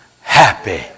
happy